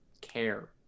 care